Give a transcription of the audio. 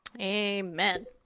Amen